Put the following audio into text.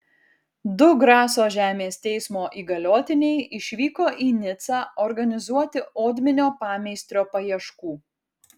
du graso žemės teismo įgaliotiniai išvyko į nicą organizuoti odminio pameistrio paieškų